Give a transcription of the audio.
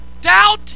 doubt